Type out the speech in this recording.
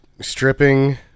stripping